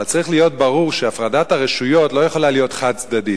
אבל צריך להיות ברור שהפרדת הרשויות לא יכולה להיות חד-צדדית,